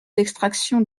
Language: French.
d’extraction